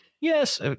Yes